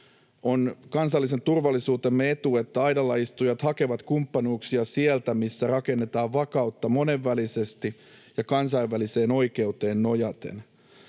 On kansallisen turvallisuutemme etu, että aidallaistujat hakevat kumppanuuksia sieltä, missä rakennetaan vakautta monenvälisesti ja kansainväliseen oikeuteen nojaten.